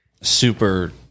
super